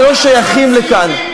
אתם לא שייכים לכאן.